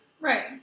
Right